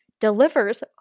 delivers